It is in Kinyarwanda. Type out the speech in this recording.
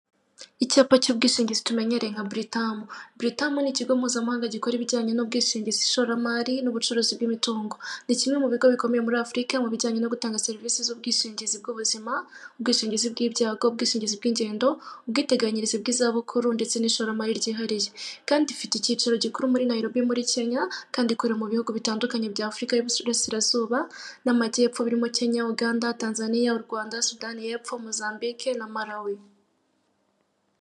Icyapa cy'ubwishingizi tumenyereye nka Britam, Britam ni ikigo mpuzamahanga gikora ibijyanye n'ubwishingizi, ishoramari n'ubucuruzi bw'imitungo, ni kimwe mu bigo bikomeye muri Afurika mu bijyanye no gutanga serivisi z'ubwishingizi bw'ubuzima, ubwishingizi bw'ibyago, ubwishingizi bw'ingendo, ubwiteganyirize bw'izabukuru, ndetse n'ishoramari ryihariye, kandi ifite icyicaro gikuru muri Nairobi muri Kenya, kandi ikorera mu bihugu bitandukanye bya Afurika y'Iburasirazuba n'Amajyepfo, birimo Kenya, Uganda, Tanzania u Rwanda, Sudani y'epfo, Mozambique na Malawi.